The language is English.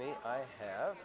me i have